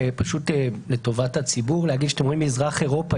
פשוט לטובת הציבור להגיד כשאתם אומרים מזרח אירופה,